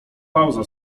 pauza